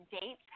dates